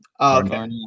Okay